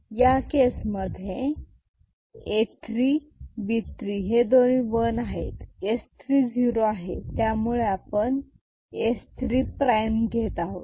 या केस मध्ये A 3 B 3 हे दोन्ही वन आहेत S 3 झिरो आहे त्यामुळे आपण S 3 प्राईम घेत आहोत